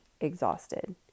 exhausted